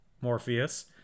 Morpheus